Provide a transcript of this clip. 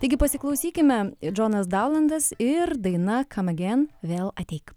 taigi pasiklausykime džonas daunandas ir daina kam agen vėl ateik